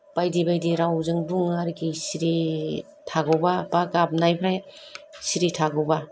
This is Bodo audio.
बायदि बायदि राव जों बुङो आरोखि सिरि थागौबा बा गाबनायफ्रा सिरि थागौबा